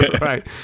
right